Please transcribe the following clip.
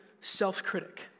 self-critic